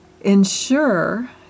ensure